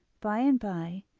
by-and-by,